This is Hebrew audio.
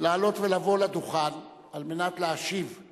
לעלות ולבוא לדוכן על מנת להשיב על